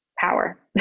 power